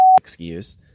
excuse